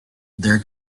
there